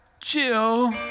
chill